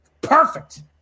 Perfect